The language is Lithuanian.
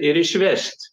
ir išvešit